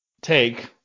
take